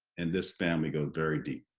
and this family, goes very deep,